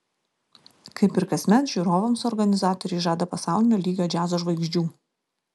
kaip ir kasmet žiūrovams organizatoriai žada pasaulinio lygio džiazo žvaigždžių